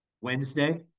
Wednesday